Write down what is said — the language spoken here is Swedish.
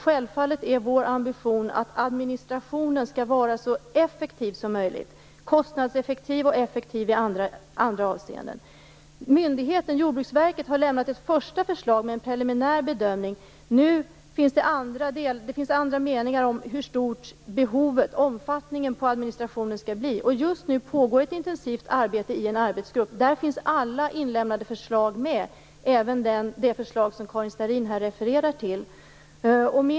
Självfallet är vår ambition att administrationen skall vara så effektiv som möjligt - kostnadseffektiv och effektiv i andra avseenden. Myndigheten - Jordbruksverket - har lämnat ett första förslag med en preliminär bedömning. Det finns andra meningar om vilken omfattning administrationen skall få. Just nu pågår ett intensivt arbete i en arbetsgrupp. Där finns alla inlämnade förslag med - även det förslag som Karin Starrin här refererar till.